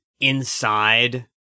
inside